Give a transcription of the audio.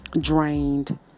drained